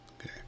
Okay